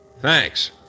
Thanks